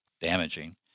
damaging